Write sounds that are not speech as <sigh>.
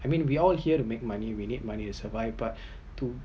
I mean we all here to make money we need money to survive but <breath> to